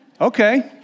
okay